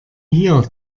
hier